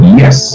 yes